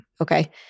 Okay